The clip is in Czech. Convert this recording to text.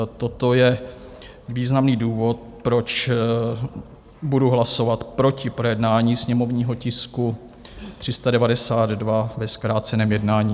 Toto je významný důvod, proč budu hlasovat proti projednání sněmovního tisku 392 ve zkráceném jednání.